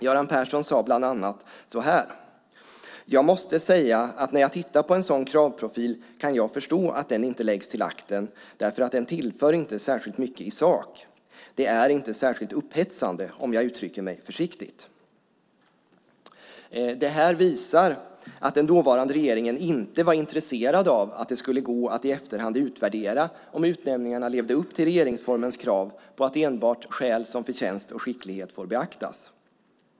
Göran Persson sade bland annat: Jag måste säga att när jag tittar på en sådan kravprofil kan jag förstå att den inte läggs till akten, därför att den tillför inte särskilt mycket i sak. Det är inte särskilt upphetsande, om jag uttrycker mig försiktigt. Detta visar att den dåvarande regeringen inte var intresserad av att det skulle gå att i efterhand utvärdera om utnämningarna levde upp till regeringsformens krav på att enbart skäl som förtjänst och skicklighet får beaktas.